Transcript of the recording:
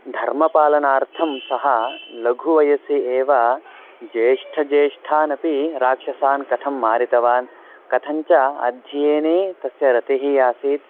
धर्मपालनार्थं सः लघुवयसि एव ज्येष्ठज्येष्ठान् अपि राक्षसान् कथं मारितवान् कथञ्च अध्ययने तस्य रतिः आसीत्